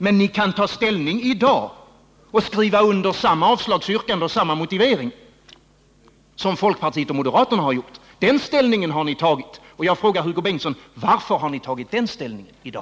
Men ni kan tydligen ta ställning i dag och skriva under samma avslagsyrkande och samma motivering som folkpartiet och moderaterna. Den ställningen har ni tagit. Jag frågar Hugo Bengtsson: Hur har ni kunnat ta den ställningen i dag?